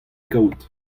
kaout